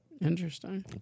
Interesting